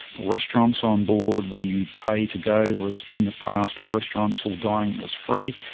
restaurants on board where you pay to go whereas in the past all restaurants, all dining, was free.